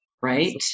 right